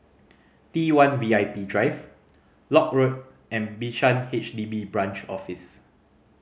T One V I P Drive Lock Road and Bishan H D B Branch Office